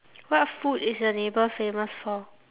what food is your neighbour famous for